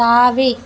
தாவி